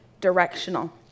directional